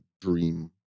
dream